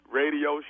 radio